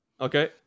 okay